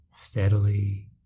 steadily